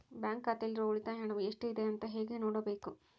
Bank ಖಾತೆಯಲ್ಲಿರುವ ಉಳಿತಾಯ ಹಣವು ಎಷ್ಟುಇದೆ ಅಂತ ಹೇಗೆ ನೋಡಬೇಕು?